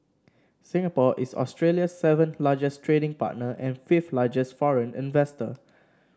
Singapore is Australia's seventh largest trading partner and fifth largest foreign investor